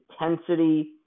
intensity